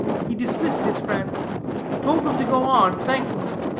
he dismissed his friends told them to go on, thanking them,